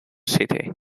city